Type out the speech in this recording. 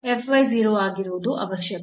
0 ಆಗಿರುವುದು ಅವಶ್ಯಕ